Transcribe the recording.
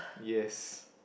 yes